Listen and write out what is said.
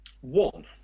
One